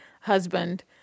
husband